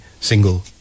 single